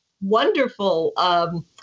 wonderful